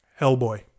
Hellboy